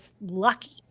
lucky